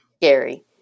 scary